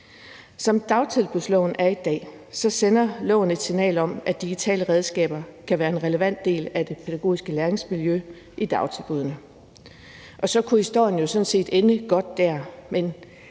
Som dagtilbudsloven er i dag, sender loven et signal om, at digitale redskaber kan være en relevant del af det pædagogiske læringsmiljø i dagtilbuddene. Og så kunne historien sådan set ende godt der, men